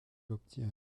obtient